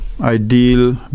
ideal